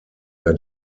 der